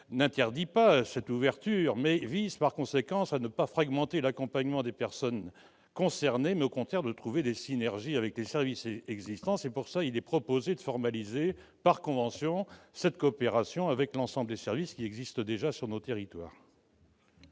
à interdire une telle ouverture, mais à faire en sorte de ne pas fragmenter l'accompagnement des personnes concernées ; il faut au contraire trouver des synergies avec les services existants. Nous proposons donc de formaliser par convention cette coopération avec l'ensemble des services qui existent déjà sur nos territoires.